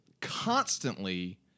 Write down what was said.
constantly